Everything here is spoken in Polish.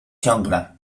ciągle